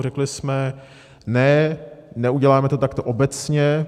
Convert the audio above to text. Řekli jsme ne, neuděláme to takto obecně.